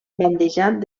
bandejat